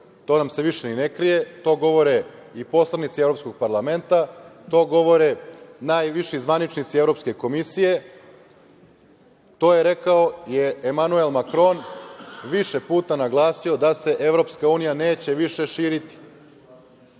To nam se više i ne krije, to govore i poslanici Evropskog parlamenta, to govore najviši zvaničnici Evropske komisije, to je rekao Emanuel Makron, više puta naglasio da se EU neće više širiti.